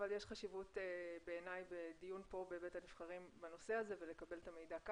אבל בעיניי יש חשיבות בדיון בבית הנבחרים בנושא הזה ולקבל את המידע.